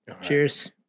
Cheers